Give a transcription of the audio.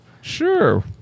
Sure